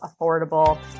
affordable